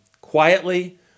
quietly